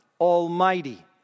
Almighty